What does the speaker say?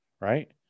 right